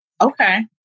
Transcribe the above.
Okay